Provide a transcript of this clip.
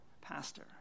pastor